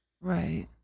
right